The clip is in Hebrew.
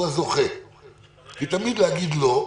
הוא הזוכה כי תמיד הכי קל להגיד לא.